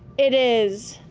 it is